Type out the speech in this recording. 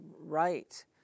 right